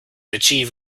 achieve